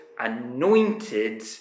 anointed